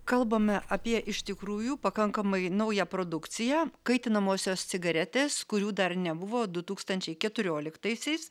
kalbame apie iš tikrųjų pakankamai naują produkciją kaitinamosios cigaretės kurių dar nebuvo du tūkstančiai keturioliktaisiais